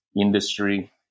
industry